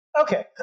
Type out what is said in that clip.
Okay